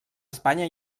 espanya